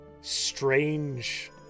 strange